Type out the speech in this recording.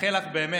מאחל לך באמת